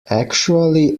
actually